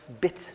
bit